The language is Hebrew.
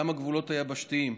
גם הגבולות היבשתיים.